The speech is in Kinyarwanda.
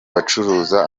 bacuruza